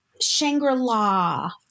Shangri-La